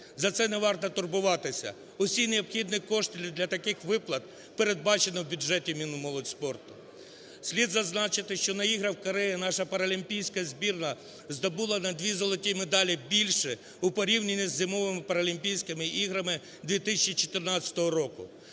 За це не варто турбуватися. Усі необхідні кошти для таких виплат передбачено в бюджеті Мінмолодьспорту. Слід зазначити, що на іграх в Кореї наша паралімпійська збірна здобула на дві золоті медалі більше у порівнянні з Зимовими паралімпійськими іграми 2014 року.